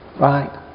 right